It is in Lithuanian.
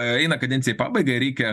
eina kadenciją į pabaigą ir reikia